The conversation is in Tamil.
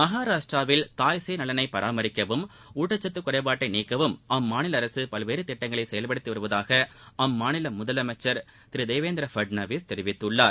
மகாராஷ்டிராவில் தாய்சேய் நலனை பராமரிக்கவும் ஊட்டச்சத்து குறைபாட்டை நீக்கவும் அம்மாநில அரசு பல்வேறு திட்டங்களை செயல்படுத்தி வருவதாக அம்மாநில முதலமைச்சர் திரு தேவேந்திர பட்நவிஸ் தெரிவித்துள்ளார்